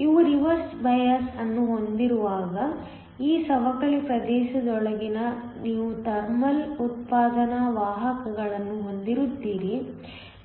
ನೀವು reverse bias ಅನ್ನು ಹೊಂದಿರುವಾಗ ಈ ಸವಕಳಿ ಪ್ರದೇಶದೊಳಗೆ ನೀವು ಥರ್ಮಲ್ ಉತ್ಪಾದನಾ ವಾಹಕಗಳನ್ನು ಹೊಂದಿರುತ್ತೀರಿ